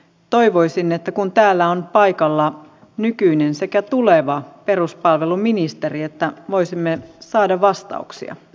toivoisin kun täällä on paikalla nykyinen sekä tuleva peruspalveluministeri että voisimme saada vastauksia